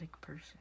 person